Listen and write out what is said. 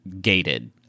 gated